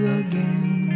again